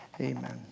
Amen